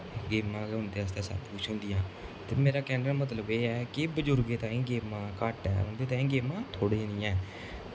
गेमां गै उं'दे आस्तै सब कुछ होंदियां ते मेरा कैह्ने दा मतलब एह् ऐ कि बजुर्गें ताईं गेमां घट्ट ऐ उंदे ताईं गेमां थोह्ड़ियां ऐ